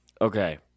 Okay